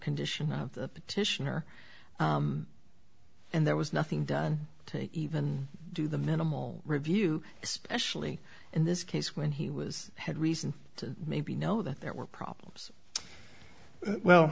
condition of the petitioner and there was nothing done to even do the minimal review especially in this case when he was had reason to maybe know that there were problems well